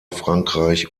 frankreich